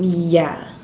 ya